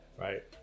right